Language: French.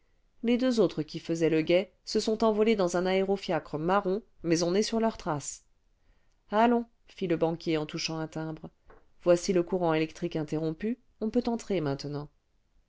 les deux autres qui faisaient le guet se le vingtième siècle sont envolés dans un aéro fiacre marron mais on est sur leurs traces allons fit le banquier en touchant un timbre voici le courantélectrique interrompu on peut entrer maintenant